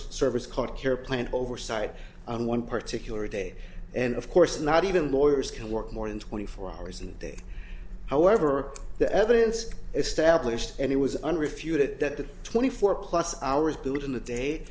service called a care plan oversight on one particular day and of course not even lawyers can work more than twenty four hours in a day however the evidence established and it was unrefuted that the twenty four plus hours built in the day